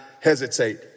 hesitate